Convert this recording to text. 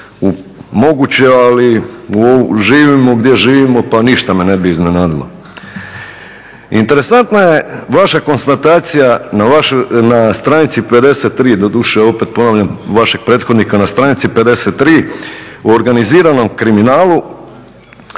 to moguće, ali živimo gdje živimo, pa ništa me ne bi iznenadilo. Interesantna je vaša konstatacija na stranici 53. doduše opet ponavljam vašeg prethodnika na stranici 53. o organiziranom kriminalu,